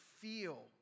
feel